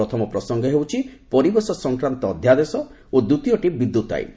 ପ୍ରଥମ ପ୍ରସଙ୍ଗ ହେଉଛି ପରିବେଶ ସଂକ୍ୱାନ୍ତ ଅଧ୍ୟାଦେଶ ଏବଂ ଦ୍ୱିତୀୟଟି ବିଦ୍ୟୁତ୍ ଆଇନ୍